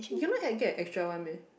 you know can get extra one meh